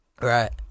right